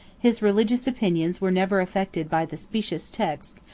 his religious opinions were never affected by the specious texts,